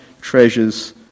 treasures